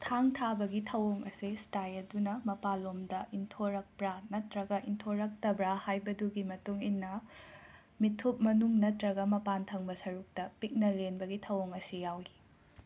ꯊꯥꯡ ꯊꯥꯕꯒꯤ ꯊꯧꯑꯣꯡ ꯑꯁꯤ ꯁ꯭ꯇꯥꯏ ꯑꯗꯨꯅ ꯃꯄꯥꯟꯂꯣꯝꯗ ꯏꯟꯊꯣꯔꯛꯄꯔ ꯅꯠꯇ꯭ꯔꯒ ꯏꯟꯊꯣꯔꯛꯇꯕꯔ ꯍꯥꯏꯕꯗꯨꯒꯤ ꯃꯇꯨꯡ ꯏꯟꯅ ꯃꯤꯠꯊꯨꯞ ꯃꯅꯨꯡ ꯅꯠꯇ꯭ꯔꯒ ꯃꯄꯥꯟ ꯊꯪꯕ ꯁꯔꯨꯛꯇ ꯄꯤꯛꯅ ꯂꯦꯟꯕꯒꯤ ꯊꯧꯑꯣꯡ ꯑꯁꯤ ꯌꯥꯎꯏ